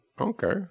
Okay